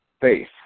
faith